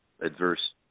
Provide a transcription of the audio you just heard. adverse